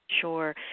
Sure